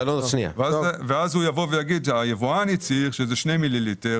אז הוא יגיד שהיבואן הצהיר שזה 2 מיליליטר